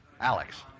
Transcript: Alex